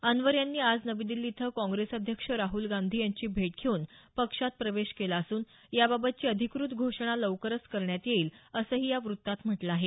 अन्वर यांनी आज नवी दिल्ली इथं काँग्रेस अध्यक्ष राहुल गांधी यांची भेट घेऊन पक्षात प्रवेश केला असून याबाबतची अधिकृत घोषणा लवकरच करण्यात येईल असंही या वृत्तात म्हटलं आहे